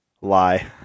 lie